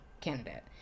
candidate